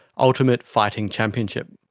ultimate fighting championship.